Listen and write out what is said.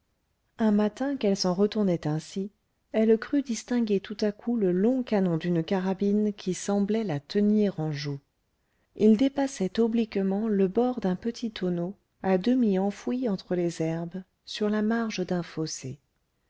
un matin qu'elle s'en retournait ainsi elle crut distinguer tout à coup le long canon d'une carabine qui semblait la tenir en joue il dépassait obliquement le bord d'un petit tonneau à demi enfoui entre les herbes sur la marge d'un fossé